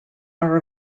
are